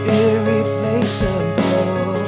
irreplaceable